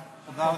תודה, תודה לכם.